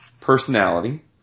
personality